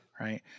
Right